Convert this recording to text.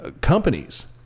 companies